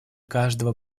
каждого